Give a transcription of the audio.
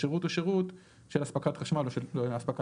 השירות הוא שירות של אספקת חשמל או מים.